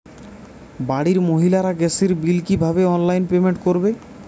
বাড়ির মহিলারা গ্যাসের বিল কি ভাবে অনলাইন পেমেন্ট করবে?